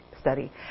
study